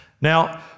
Now